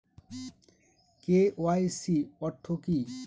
KYC অর্থ কি?